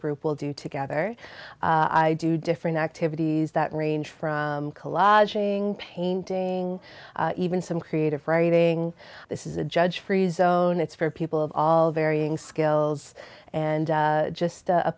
group will do together i do different activities that range from collaging painting even some creative writing this is a judge freezone it's for people of all varying skills and just